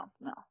no